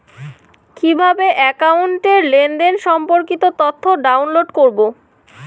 কিভাবে একাউন্টের লেনদেন সম্পর্কিত তথ্য ডাউনলোড করবো?